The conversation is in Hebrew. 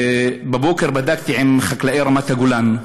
בבוקר בדקתי עם חקלאי רמת-הגולן,